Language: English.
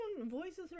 voices